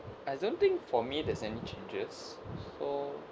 I don't think for me there's any changes for